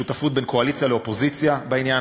עם השותפות בין קואליציה לאופוזיציה בעניין